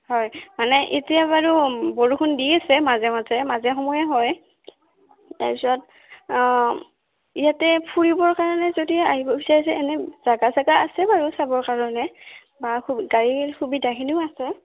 হয় মানে এতিয়া বাৰু বৰষুণ দি আছে মাজে মাজে মাজে সময়ে হয় তাৰপিছত ইয়াতে ফুৰিবৰ কাৰণে যদি আহিব বিচাৰিছে এনেই জেগা চেগা আছে বাৰু চাবৰ কাৰণে বা গাড়ীৰ সুবিধাখিনিও আছে